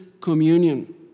communion